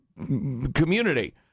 Community